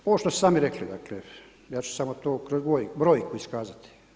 Ovo što ste sami rekli dakle, ja ću samo to kroz brojku iskazati.